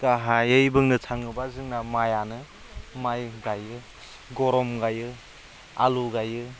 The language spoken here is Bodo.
गाहायै बुंनो थाङोब्ला जोंना माइ आनो माइ गायो गम गायो आलु गायो